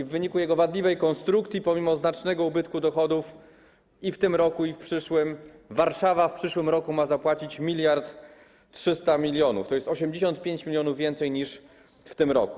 W wyniku jego wadliwej konstrukcji, pomimo znacznego ubytku dochodów i w tym roku, i w przyszłym, Warszawa w przyszłym roku ma zapłacić 1300 mln zł, tj. o 85 mln zł więcej niż w tym roku.